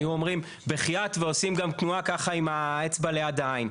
היו אומרים 'בחייאת' ועושים גם תנועה ככה עם האצבע ליד העין.